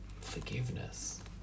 forgiveness